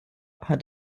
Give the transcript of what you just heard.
hat